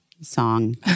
song